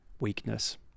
weakness